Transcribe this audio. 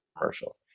commercial